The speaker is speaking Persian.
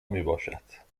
میباشد